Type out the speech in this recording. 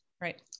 Right